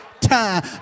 time